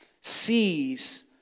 sees